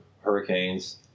hurricanes